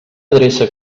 adreça